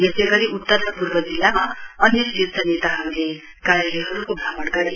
यसै गरी उत्तर र पूर्व जिल्लामा अन्य शीर्ष नेताहरुले कार्यालयहरुको भ्रमण गरे